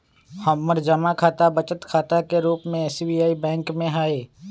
हमर जमा खता बचत खता के रूप में एस.बी.आई बैंक में हइ